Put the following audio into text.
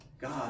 God